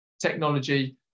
technology